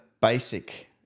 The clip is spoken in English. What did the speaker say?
basic